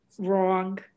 Wrong